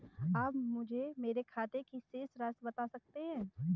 आप मुझे मेरे खाते की शेष राशि बता सकते हैं?